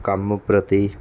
ਕੰਮ ਪ੍ਰਤੀ